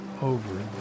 over